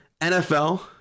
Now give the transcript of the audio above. NFL